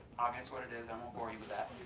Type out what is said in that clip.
ah guess what it is i won't bore you with that,